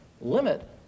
limit